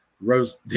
Rose